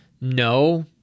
No